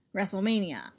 WrestleMania